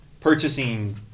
purchasing